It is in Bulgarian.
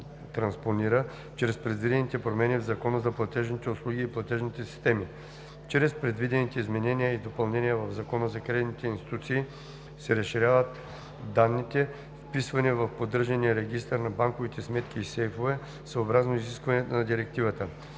транспонира чрез предвидените промени в Закона за платежните услуги и платежните системи; - чрез предвидените изменения и допълнения в Закона за кредитните институции се разширяват данните, вписване в поддържания регистър на банковите сметки и сейфове съобразно изискванията на Директивата;